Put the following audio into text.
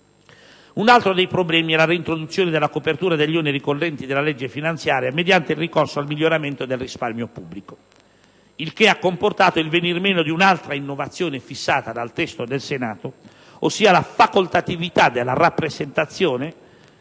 Un altro dei problemi è la reintroduzione della copertura degli oneri correnti della legge finanziaria mediante il ricorso al miglioramento del risparmio pubblico, il che ha comportato il venir meno di un'altra innovazione fissata dal testo del Senato, ossia la facoltatività della presentazione